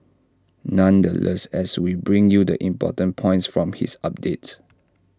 nonetheless as we bring you the important points from his updates